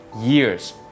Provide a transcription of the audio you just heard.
years